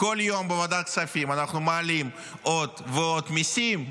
בכל יום בוועדת הכספים אנחנו מעלים עוד ועוד מיסים,